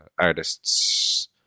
Artists